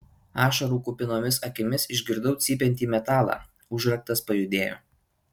ašarų kupinomis akimis išgirdau cypiantį metalą užraktas pajudėjo